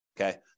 okay